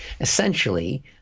Essentially